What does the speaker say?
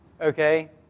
Okay